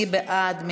מי בעד?